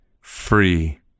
free